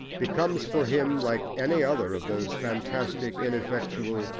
becomes for him, like any other of those fantastic, ineffectual,